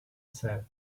said